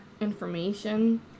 information